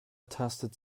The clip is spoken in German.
tastet